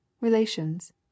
relations